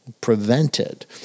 prevented